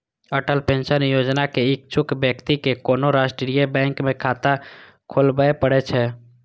Atal pension योजनाक इच्छुक व्यक्ति कें कोनो राष्ट्रीय बैंक मे खाता खोलबय पड़ै छै